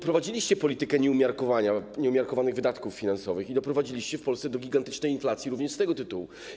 Prowadziliście politykę nieumiarkowania, nieumiarkowanych wydatków finansowych i doprowadziliście w Polsce do gigantycznej inflacji również z tego tytułu.